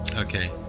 okay